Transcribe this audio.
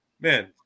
man